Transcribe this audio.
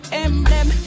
emblem